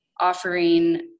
Offering